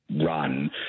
run